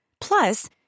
Plus